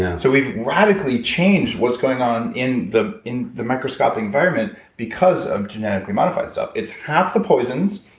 and so we've radically changed what's going on in the in the microscopic environment because of genetically modified stuff. it's half the poisons,